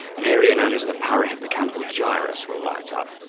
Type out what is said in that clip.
an areas known as the parahippocampal gyrus will light up.